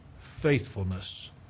faithfulness